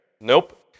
Nope